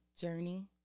journey